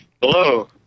Hello